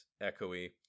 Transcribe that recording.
echoey